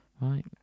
Right